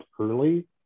early